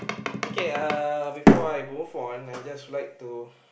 okay uh before I move on I just like to